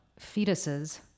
fetuses